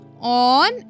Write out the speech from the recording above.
on